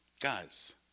Guys